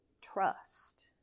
trust